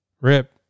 Rip